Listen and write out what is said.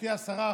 גברתי השרה,